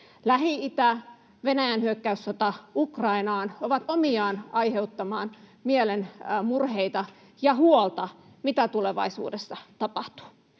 Lähi-itä ja Venäjän hyökkäyssota Ukrainaan ovat omiaan aiheuttamaan mielen murheita ja huolta siitä, mitä tulevaisuudessa tapahtuu.